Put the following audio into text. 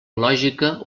lògica